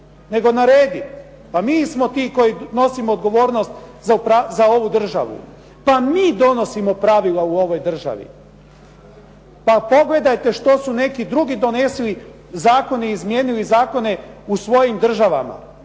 nego narediti. Pa mi smo ti koji nosimo odgovornost za ovu državu. Pa mi donosimo pravila u ovoj državi. Pa pogledajte što su neki drugi donesli zakoni, izmijenili zakone u svojim državama.